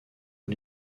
aux